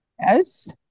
Yes